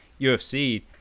UFC